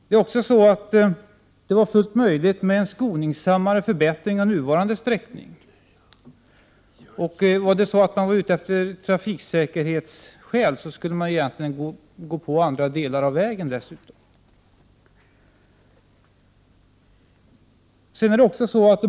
Det var också fullt möjligt med en skonsammare förbättring av nuvarande vägsträckning. Är man ute efter trafiksäkerhet, skulle man dessutom ha tagit itu med andra delar av vägen.